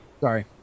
Sorry